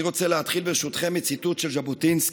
אני רוצה להתחיל ברשותכם מציטוט של ז'בוטינסקי.